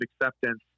acceptance